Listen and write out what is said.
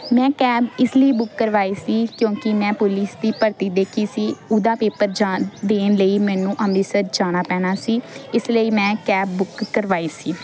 ਮੈਂ ਕੈਬ ਇਸ ਲਈ ਬੁੱਕ ਕਰਵਾਈ ਸੀ ਕਿਉਂਕਿ ਮੈਂ ਪੁਲੀਸ ਦੀ ਭਰਤੀ ਦੇਖੀ ਸੀ ਉਹਦਾ ਪੇਪਰ ਜਾ ਦੇਣ ਲਈ ਮੈਨੂੰ ਅਮ੍ਰਿਤਸਰ ਜਾਣਾ ਪੈਣਾ ਸੀ ਇਸ ਲਈ ਮੈਂ ਕੈਬ ਬੁੱਕ ਕਰਵਾਈ ਸੀ